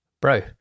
Bro